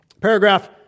Paragraph